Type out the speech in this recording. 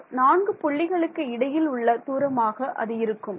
இந்த நான்கு புள்ளிகளுக்கு இடையில் உள்ள தூரமாக அது இருக்கும்